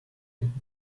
hidden